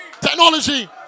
Technology